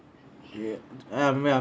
ya